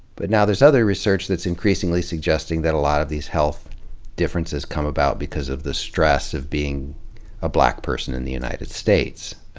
but now there's other research that's increasingly suggesting that a lot of these health differences come about because of the stress of being a black person in the united states.